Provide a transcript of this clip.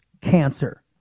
cancer